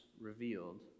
revealed